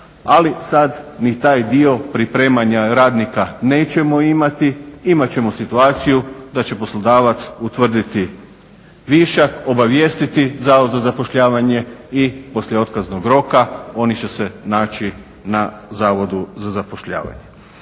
Ali sad ni taj dio pripremanja radnika nećemo imati, imat ćemo situaciju da će poslodavac utvrditi višak, obavijestiti Zavod za zapošljavanje i poslije otkaznog roka oni će se naći na Zavodu za zapošljavanje.